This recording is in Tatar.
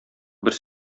бер